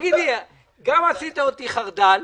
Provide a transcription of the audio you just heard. גם עשית אותי חרד"ל,